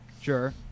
Sure